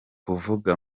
kuvuga